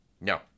No